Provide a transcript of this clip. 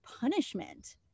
punishment